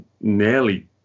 nearly